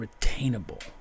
retainable